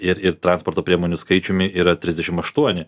ir ir transporto priemonių skaičiumi yra trisdešimt aštuoni